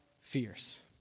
fears